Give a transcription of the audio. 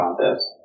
contest